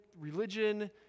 religion